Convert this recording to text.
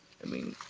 i mean.